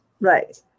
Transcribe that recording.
Right